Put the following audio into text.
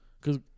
Cause